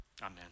Amen